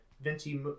venti